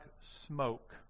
smoke